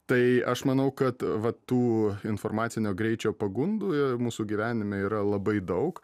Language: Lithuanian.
tai aš manau kad va tų informacinio greičio pagundų mūsų gyvenime yra labai daug